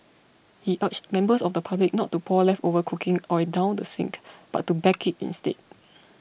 he urged members of the public not to pour leftover cooking oil down the sink but to bag it instead